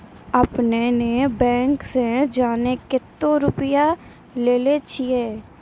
आपने ने बैंक से आजे कतो रुपिया लेने छियि?